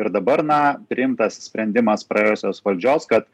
ir dabar na priimtas sprendimas praėjusios valdžios kad